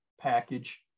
package